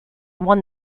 won